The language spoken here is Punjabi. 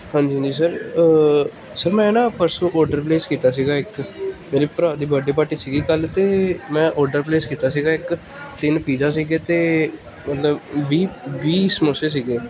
ਹਾਂਜੀ ਹਾਂਜੀ ਸਰ ਸਰ ਮੈਂ ਨਾ ਪਰਸੋਂ ਔਡਰ ਪਲੇਸ ਕੀਤਾ ਸੀਗਾ ਇੱਕ ਮੇਰੇ ਭਰਾ ਦੀ ਬਰਡੇ ਪਾਰਟੀ ਸੀਗੀ ਕੱਲ੍ਹ ਅਤੇ ਮੈਂ ਔਡਰ ਪਲੇਸ ਕੀਤਾ ਸੀਗਾ ਇੱਕ ਤਿੰਨ ਪੀਜਾ ਸੀਗੇ ਅਤੇ ਮਤਲਬ ਵੀਹ ਵੀਹ ਸਮੋਸੇ ਸੀਗੇ